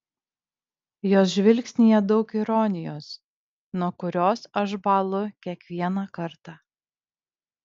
jos žvilgsnyje daug ironijos nuo kurios aš bąlu kiekvieną kartą